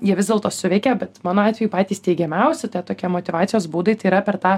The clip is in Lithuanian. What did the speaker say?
jie vis dėlto suveikė bet mano atveju patys teigiamiausi tie tokia motyvacijos būdai tai yra per tą